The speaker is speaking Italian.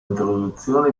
introduzione